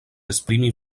esprimi